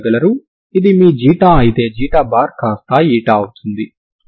ఇది మీ అయితే ξ కాస్తా అవుతుంది